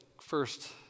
first